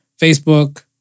Facebook